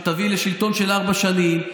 שתביא לשלטון של ארבע שנים,